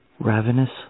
Ravenous